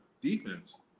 defense